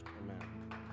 Amen